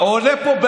עולה לפה,